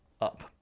up